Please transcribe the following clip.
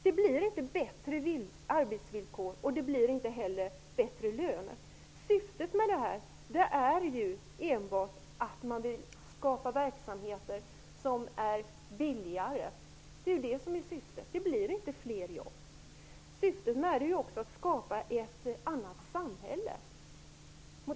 Det blir inte bättre arbetsvillkor, och det blir inte heller bättre lön. Syftet är ju enbart att man vill skapa verksamheter som är billigare. Det är det som är syftet. Det blir inte fler jobb. Syftet är också att skapa ett annat samhälle.